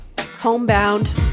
homebound